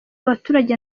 abaturage